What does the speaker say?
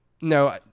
No